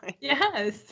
Yes